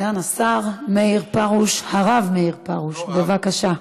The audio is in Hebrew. סגן השר מאיר פרוש, הרב מאיר פרוש, בבקשה.